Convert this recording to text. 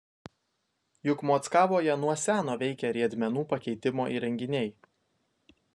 juk mockavoje nuo seno veikia riedmenų pakeitimo įrenginiai